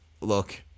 look